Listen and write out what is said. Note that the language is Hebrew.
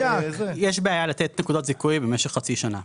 יש בעיה לתת נקודות זיכוי במשך חצי שנה.